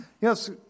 Yes